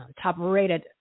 top-rated